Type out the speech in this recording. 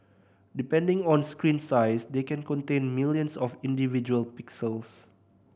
depending on screen size they can contain millions of individual pixels